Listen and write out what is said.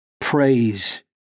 praise